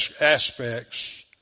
aspects